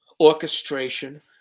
orchestration